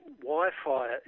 Wi-Fi